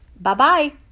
Bye-bye